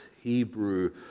Hebrew